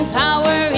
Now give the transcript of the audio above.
power